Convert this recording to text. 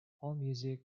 allmusic